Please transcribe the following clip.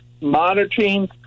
monitoring